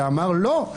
ואמר: לא,